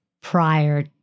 prior